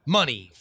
money